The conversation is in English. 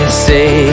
say